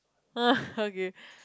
okay